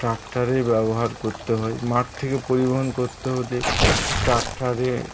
ট্রাকটারের ব্যবহার করতে হয় মাঠ থেকে পরিবহন করতে ওদের ট্রাকটারে